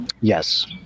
yes